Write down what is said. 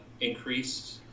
increased